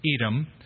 Edom